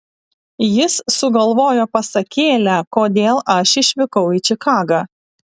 jis sugalvojo pasakėlę kodėl aš išvykau į čikagą